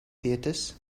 theatres